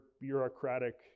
bureaucratic